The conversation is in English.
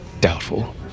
Doubtful